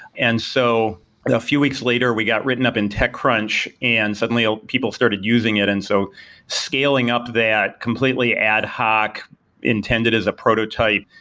and so a few weeks later we got written up in techcrunch and suddenly ah people started using it, and so scaling up that completely ad hoc intended as a prototype,